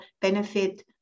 benefit